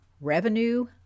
Revenue